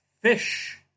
fish